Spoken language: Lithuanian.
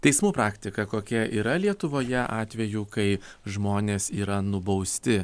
teismų praktika kokia yra lietuvoje atvejų kai žmonės yra nubausti